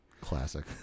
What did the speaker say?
Classic